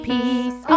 PEACE